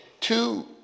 two